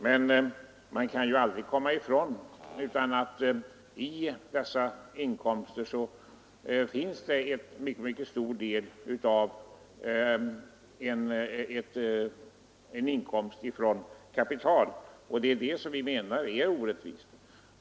Men man kan ju aldrig komma ifrån att i deras inkomster ingår en stor del som härrör från kapital, och det är detta som vi anser är orättvist.